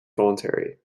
voluntary